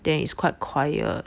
there is quite quiet